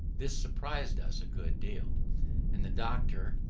this surprised us a good deal and the doctor,